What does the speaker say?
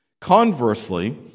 Conversely